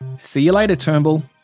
see ya later, turnbull.